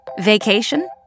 Vacation